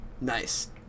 Nice